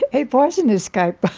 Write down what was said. it was an escape!